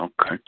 okay